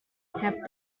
have